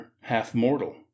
half-mortal